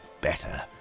better